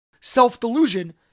self-delusion